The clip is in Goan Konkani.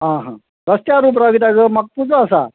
आं हा रस्त्यार उबो राव कित्याक म्हाका पुजा आसा